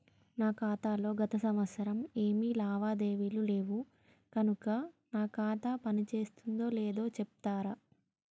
నా ఖాతా లో గత సంవత్సరం ఏమి లావాదేవీలు లేవు కనుక నా ఖాతా పని చేస్తుందో లేదో చెప్తరా?